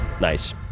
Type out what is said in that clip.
Nice